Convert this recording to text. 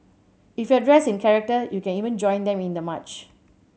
if you're dressed in character you can even join them in the march